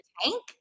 tank